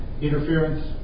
interference